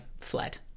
fled